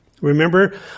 Remember